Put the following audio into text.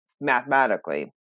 Mathematically